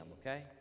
okay